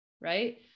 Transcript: right